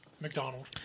McDonald